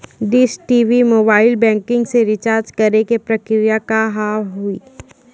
Dish TV mobile banking से recharge करे के प्रक्रिया का हाव हई?